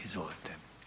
Izvolite.